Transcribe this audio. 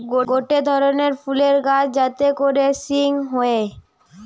গটে ধরণের ফুলের গাছ যাতে করে হিং হয়ে